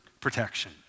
protection